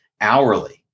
hourly